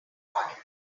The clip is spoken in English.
morning